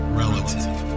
relative